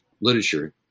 literature